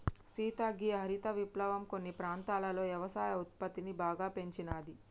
సీత గీ హరిత విప్లవం కొన్ని ప్రాంతాలలో యవసాయ ఉత్పత్తిని బాగా పెంచినాది